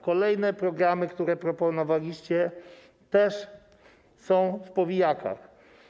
Kolejne programy, które proponowaliście, też są w powijakach.